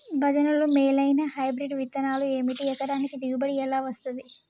భజనలు మేలైనా హైబ్రిడ్ విత్తనాలు ఏమిటి? ఎకరానికి దిగుబడి ఎలా వస్తది?